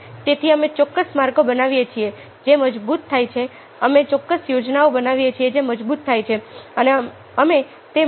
તેથી અમે ચોક્કસ માર્ગો બનાવીએ છીએ જે મજબૂત થાય છે અમે ચોક્કસ યોજનાઓ બનાવીએ છીએ જે મજબૂત થાય છે અને અમે તે માળખામાં કામ કરીએ છીએ